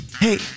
hey